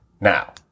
Now